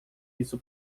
isso